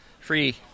free